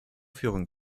führen